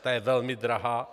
Ta je velmi drahá.